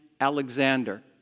Alexander